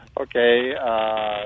Okay